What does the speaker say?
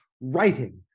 writing